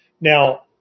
Now